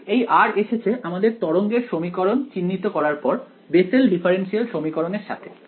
তাই এই r এসেছে আমাদের তরঙ্গের সমীকরণ চিহ্নিত করার পর বেসেল ডিফারেন্সিয়াল সমীকরণ এর সাথে